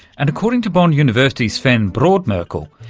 and according to bond university's sven brodmerkel,